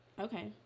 Okay